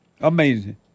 Amazing